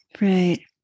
Right